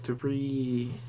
three